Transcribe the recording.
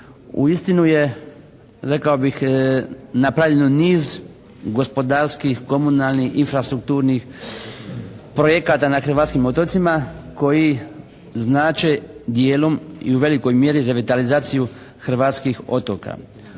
uistinu je rekao bih napravljeno niz gospodarskih, komunalnih, infrastrukturnih projekata na hrvatskim otocima koji znače dijelom i u velikoj mjeri revitalizaciju hrvatskih otoka.